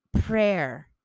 prayer